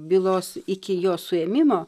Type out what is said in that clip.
bylos iki jo suėmimo